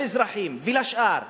למזרחים ולשאר.